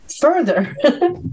further